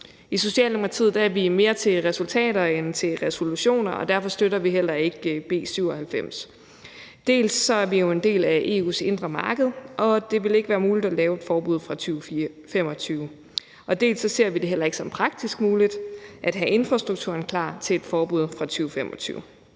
I Socialdemokratiet er vi mere til resultater end til resolutioner, og derfor støtter vi heller ikke B 97. Dels er vi jo en del af EU's indre marked, og det vil ikke være muligt at lave et forbud fra 2025. Dels ser vi det heller ikke som praktisk muligt at have infrastrukturen klar til et forbud fra 2025.